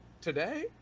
Today